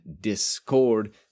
Discord